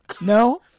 No